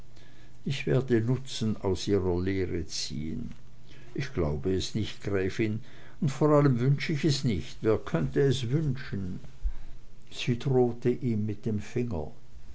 ich werde nutzen aus dieser lehre ziehen ich glaub es nicht gräfin und vor allem wünsch ich es nicht wer könnt es wünschen sie drohte ihm mit dem finger